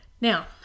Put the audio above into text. Now